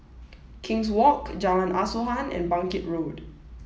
King's Walk Jalan Asuhan and Bangkit Road